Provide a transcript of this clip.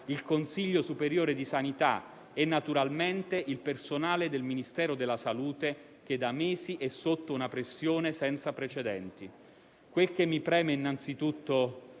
il Consiglio superiore di sanità e, naturalmente, il personale del Ministero della salute che, da mesi, è sotto una pressione senza precedenti. Quel che mi preme innanzitutto